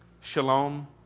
shalom